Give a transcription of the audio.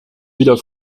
wieder